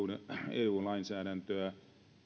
eu lainsäädäntöä